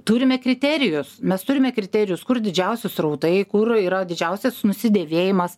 turime kriterijus mes turime kriterijus kur didžiausi srautai kur yra didžiausias nusidėvėjimas